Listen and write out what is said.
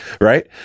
Right